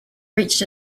reached